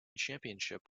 championship